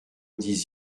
dix